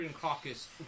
Caucus